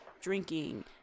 drinking